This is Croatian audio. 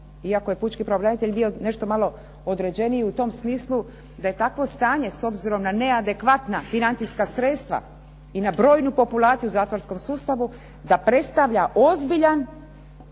Iako je pučki pravobranitelj bio nešto malo određeniji u tom smislu da je takvo stanje s obzirom na neadekvatna financijska sredstva i na brojnu populaciju u zatvorskom sustavu da predstavlja ozbiljan